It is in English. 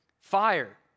fire